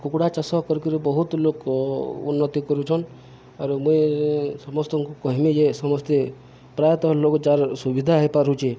କୁକୁଡ଼ା ଚାଷ କରିକିରି ବହୁତ ଲୋକ ଉନ୍ନତି କରୁଛନ୍ ଆରୁ ମୁଇଁ ସମସ୍ତଙ୍କୁ କହିମି ଯେ ସମସ୍ତେ ପ୍ରାୟତଃ ଲୋକ ଯାର ସୁବିଧା ହେଇପାରୁଛେ